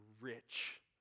rich